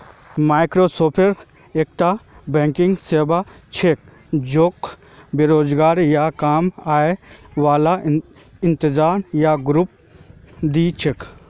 microfinance एकता banking सेवा छिके जेको बेरोजगार या कम आय बाला इंसान या ग्रुपक दी छेक